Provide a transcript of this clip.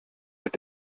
mit